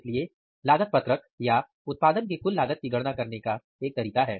इसलिए यह लागत पत्रक या उत्पादन के कुल लागत की गणना करने का एक तरीका है